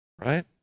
right